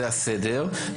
זה הסדר,